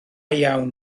iawn